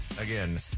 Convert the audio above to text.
Again